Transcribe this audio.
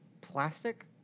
plastic